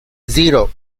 zero